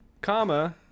comma